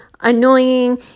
annoying